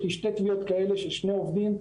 יש לי שתי תביעות כאלה של שני עובדים.